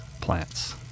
Plants